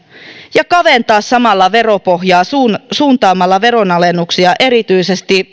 ja kaventaa samalla veropohjaa suuntaamalla veronalennuksia erityisesti